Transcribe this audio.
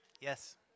Yes